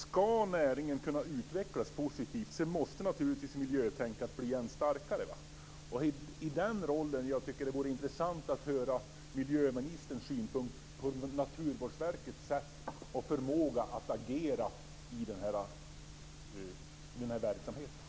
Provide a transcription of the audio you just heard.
Ska näringen kunna utvecklas positivt måste miljötänkandet bli än starkare. Det är här jag tycker att det vore intressant att höra miljöministerns syn på Naturvårdsverkets sätt och förmåga att agera i samband med den här verksamheten.